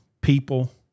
people